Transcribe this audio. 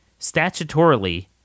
statutorily